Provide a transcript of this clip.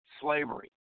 slavery